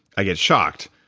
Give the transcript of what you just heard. i got shocked.